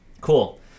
Cool